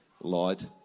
Light